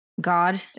God